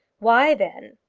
why, then?